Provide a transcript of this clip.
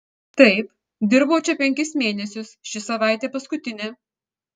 taip dirbau čia penkis mėnesius ši savaitė paskutinė